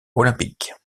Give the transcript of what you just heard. olympique